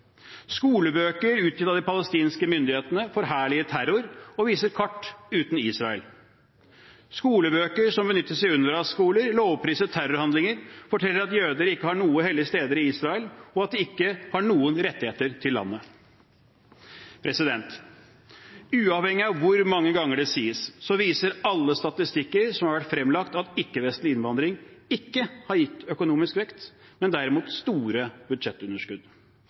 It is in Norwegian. Skolebøker utgitt av de palestinske myndighetene forherliger terror og viser kart uten Israel. Skolebøker som benyttes i UNRWA-skoler, lovpriser terrorhandlinger, forteller at jøder ikke har noen hellige steder i Israel, og at de ikke har noen rettigheter til landet. Uavhengig av hvor mange ganger det sies, viser alle statistikker som har vært fremlagt, at ikke-vestlig innvandring ikke har gitt økonomisk vekst, men derimot store budsjettunderskudd.